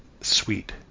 Sweet